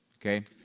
Okay